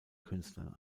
künstlern